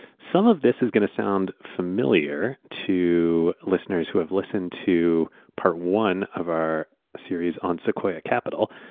some of this is going to sound familiar to listeners who have listened to part one of our series on sequoia capital,